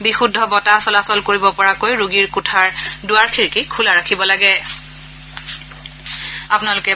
বিশুদ্ধ বতাহ চলাচল কৰিব পৰাকৈ ৰোগীৰ কোঠাৰ দুৱাৰ খিৰিকী খোলা ৰাখিব লাগে